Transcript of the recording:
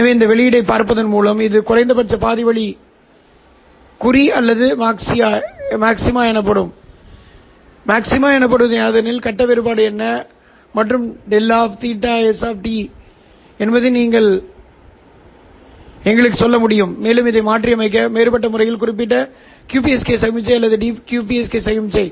எனவே வெளியீட்டைப் பார்ப்பதன் மூலம் இது குறைந்தபட்ச பாதி வழி குறி அல்லது மாக்சிமா எனில் கட்ட வேறுபாடு என்ன மற்றும் Δφs என்ன என்பதை நீங்கள் எங்களுக்குச் சொல்ல முடியும் மேலும் இதை மாற்றியமைக்க வேறுபட்ட முறையில் குறியிடப்பட்ட QPSK சமிக்ஞை அல்லது DQPSK சமிக்ஞை